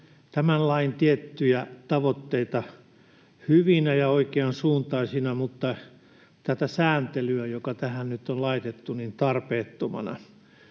tämän lain tiettyjä tavoitteita hyvinä ja oikeansuuntaisina, mutta tätä sääntelyä, joka tähän nyt on laitettu, tarpeettomana.